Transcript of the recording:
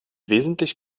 wesentlich